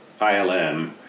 ILM